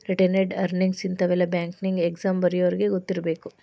retained earnings ಇಂತಾವೆಲ್ಲ banking exam ಬರ್ಯೋರಿಗಿ ಗೊತ್ತಿರ್ಬೇಕು